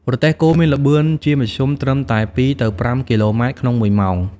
រទេះគោមានល្បឿនជាមធ្យមត្រឹមតែ ២ ទៅ ៥ គីឡូម៉ែត្រក្នុងមួយម៉ោង ។